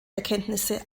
erkenntnisse